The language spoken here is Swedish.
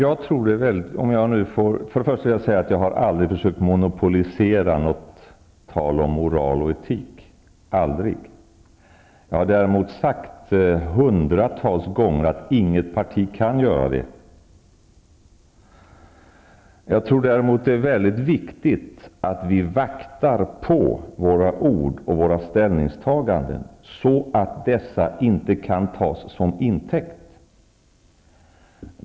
Herr talman! Jag har aldrig försökt monopolisera något tal om moral och etik -- aldrig. Jag har hundratals gånger sagt att inget parti kan göra det. Jag tror däremot att det är viktigt att vi vaktar på våra ord och våra ställningstaganden så att dessa inte kan tas till intäkt.